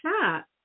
chat